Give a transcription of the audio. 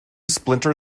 splinter